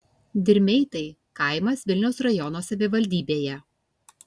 dirmeitai kaimas vilniaus rajono savivaldybėje